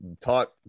taught